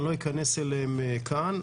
אני לא אכנס אליהן כאן,